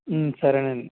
సరేనండి